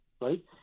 right